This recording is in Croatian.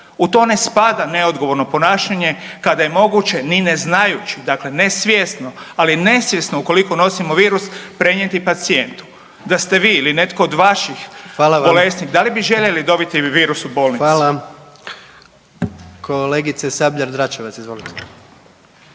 U to ne spada neodgovorno ponašanje, kada je moguće, ni ne znaju, dakle nesvjesno, ali nesvjesno, ukoliko nosimo virus, prenijeti pacijentu. Da ste vi ili netko od vaših bolesnik .../Upadica: Hvala vam./... da li bi željeli dobiti virus u bolnici? **Jandroković, Gordan (HDZ)** Hvala. Kolegice Sabljar-Dračevac, izvolite.